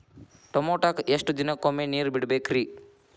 ಟಮೋಟಾಕ ಎಷ್ಟು ದಿನಕ್ಕೊಮ್ಮೆ ನೇರ ಬಿಡಬೇಕ್ರೇ?